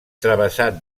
travessat